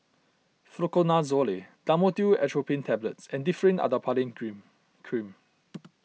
Fluconazole Dhamotil Atropine Tablets and Differin Adapalene Cream